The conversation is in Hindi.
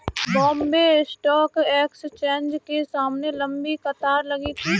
बॉम्बे स्टॉक एक्सचेंज के सामने लंबी कतार लगी थी